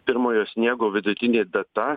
pirmojo sniego vidutinė data